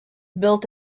built